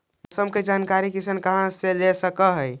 मौसम के जानकारी किसान कहा से ले सकै है?